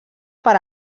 per